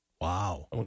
Wow